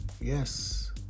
Yes